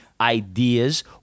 ideas